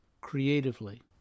creatively